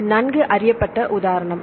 இது நன்கு அறியப்பட்ட உதாரணம்